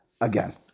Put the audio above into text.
Again